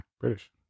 British